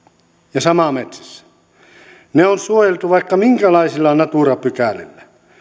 ja sama metsissä ne on suojeltu vaikka minkälaisilla natura pykälillä